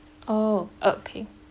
oh okay